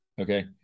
okay